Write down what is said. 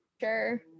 sure